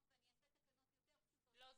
ואני אעשה תקנות יותר פשוטות --- לא,